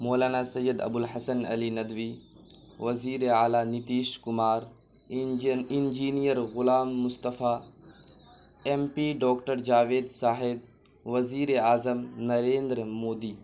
مولانا سید ابوالحسن علی ندوی وزیراعلیٰ Nitish Kumar engineer Ghulam Mustafa M P doctor Javed صاحب وزیر اعظم نریندر مودی